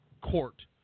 court